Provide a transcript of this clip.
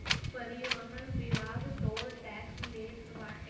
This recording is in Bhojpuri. परिवहन विभाग टोल टेक्स लेत बाटे